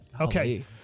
Okay